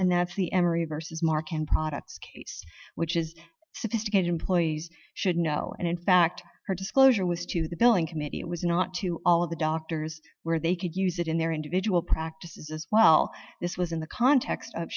and that's the emory versus mark in products which is sophisticated employees should know and in fact her disclosure was to the billing committee it was not to all of the doctors where they could use it in their individual practices as well this was in the context of